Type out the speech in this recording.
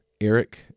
eric